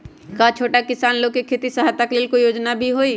का छोटा किसान लोग के खेती सहायता के लेंल कोई योजना भी हई?